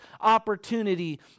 opportunity